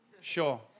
sure